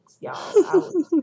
y'all